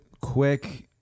quick